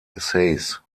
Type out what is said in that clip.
essays